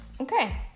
Okay